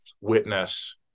witness